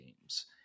games